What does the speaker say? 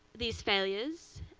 these failures,